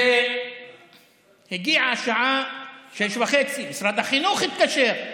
והגיעה השעה 18:30, משרד החינוך התקשר: